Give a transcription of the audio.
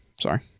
Sorry